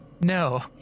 No